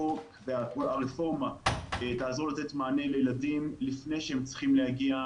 החוק והרפורמה תעזור לתת מענה לילדים לפני שהם צריכים להגיע,